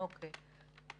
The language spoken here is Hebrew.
אוקיי.